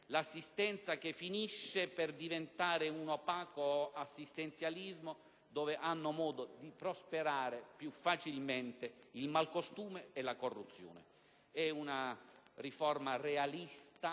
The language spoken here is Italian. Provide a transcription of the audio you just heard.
l'assistenza che finisce per diventare un opaco assistenzialismo in cui hanno modo di prosperare più facilmente il malcostume e la corruzione. È una riforma realista